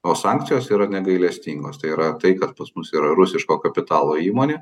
o sankcijos yra negailestingos tai yra tai kad pas mus yra rusiško kapitalo įmonė